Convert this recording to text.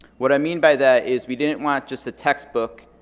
what i mean by that is we didn't want just a textbook